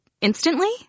instantly